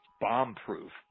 bomb-proof